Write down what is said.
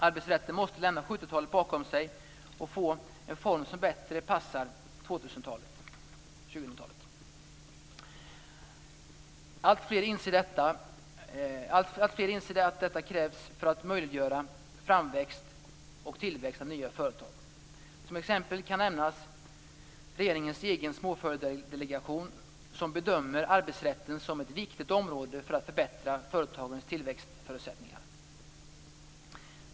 Arbetsrätten måste lämna 70-talet bakom sig och få en form som bättre passar för 2000-talet. Alltfler inser att detta krävs för att möjliggöra framväxt och tillväxt av nya företag. Som exempel kan nämnas regeringens egen småföretagsdelegation som "bedömer arbetsrätten som ett viktigt område för att förbättra företagens tillväxtförutsättningar".